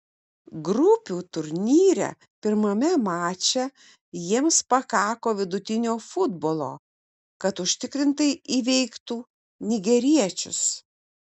grupių turnyre pirmame mače jiems pakako vidutinio futbolo kad užtikrintai įveiktų nigeriečius